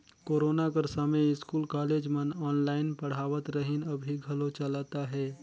corona कर समें school, college मन ऑनलाईन पढ़ावत रहिन, अभीं घलो चलत अहे